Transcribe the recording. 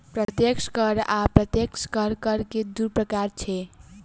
प्रत्यक्ष कर आ अप्रत्यक्ष कर, कर के दू प्रकार छै